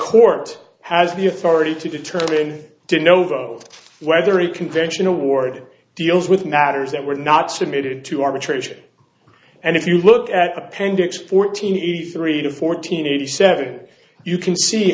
court has the authority to determine to know both whether he convention award deals with matters that were not submitted to arbitration and if you look at appendix fourteen eve three to fourteen eighty seven you can see